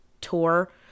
tour